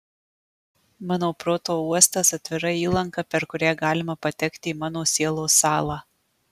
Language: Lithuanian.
mano proto uostas atvira įlanka per kurią galima patekti į mano sielos sąlą